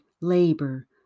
labor